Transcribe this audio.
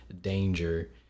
danger